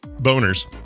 boners